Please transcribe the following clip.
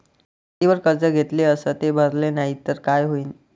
शेतीवर कर्ज घेतले अस ते भरले नाही तर काय होईन?